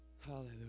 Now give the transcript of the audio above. hallelujah